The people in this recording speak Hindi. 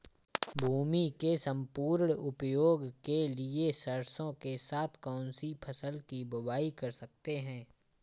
भूमि के सम्पूर्ण उपयोग के लिए सरसो के साथ कौन सी फसल की बुआई कर सकते हैं?